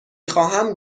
خواهم